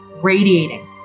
radiating